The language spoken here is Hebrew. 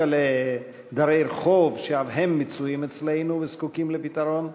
כפי שציינו כבר כמה דוברים במהלך נאומים בני דקה,